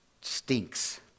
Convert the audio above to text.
stinks